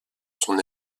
son